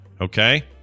Okay